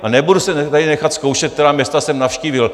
A nebudu se tady nechat zkoušet, která města jsem navštívil.